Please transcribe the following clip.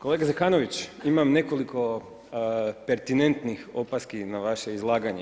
Kolega Zekanović, imam nekoliko pertinentnih opaski na vaše izlaganje.